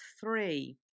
three